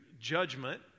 judgment